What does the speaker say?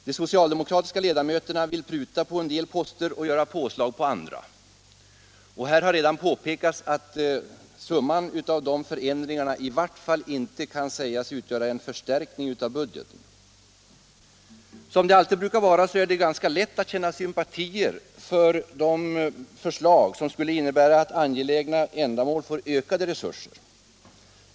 De socialdemokratiska ledamöterna vill pruta på en del posterioch göra påslag på andra. Det har här redan påpekats att summan av dessa förändringar i vart fall inte kan sägas utgöra en förstärkning av budgeten. Som det alltid brukar vara är det ganska lätt att känna sympatier för de förslag som skulle innebära, att angelägna ändamål får ökade resurser.